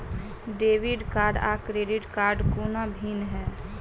Debit card आ credit कोना भिन्न है?